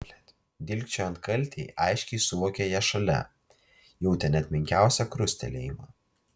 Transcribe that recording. dilgčiojant kaltei aiškiai suvokė ją šalia jautė net menkiausią krustelėjimą